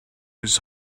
his